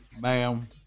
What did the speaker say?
Ma'am